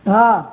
હા